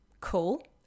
cool